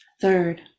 Third